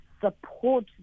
support